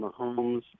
mahomes